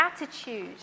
attitude